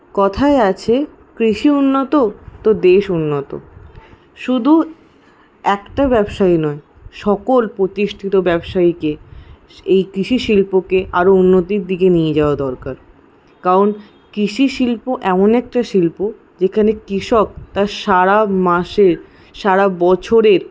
কথায় আছে কৃষি উন্নত তো দেশ উন্নত শুধু একটা ব্যবসাই নয় সকল প্রতিষ্ঠিত ব্যবসায়ীকে এই কৃষি শিল্পকে আরও উন্নতির দিকে নিয়ে যাওয়া দরকার কারণ কৃষি শিল্প এমন একটা শিল্প যেখানে কৃষক তার সারা মাসে সারা বছরে